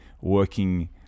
working